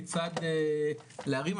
כיצד להרים.